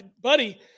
buddy